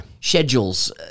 Schedules